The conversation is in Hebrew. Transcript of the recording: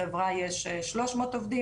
אם לחברה יש שלוש מאות עובדים,